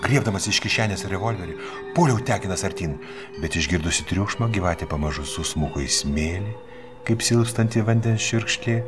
griebdamas iš kišenės revolverį puoliau tekinas artyn bet išgirdusi triukšmą gyvatė pamažu susmuko į smėlį kaip silpstanti vandens čiurkšlė